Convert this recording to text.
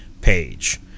page